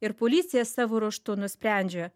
ir policija savo ruožtu nusprendžia